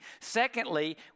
Secondly